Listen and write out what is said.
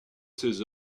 ses